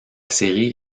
série